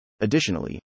Additionally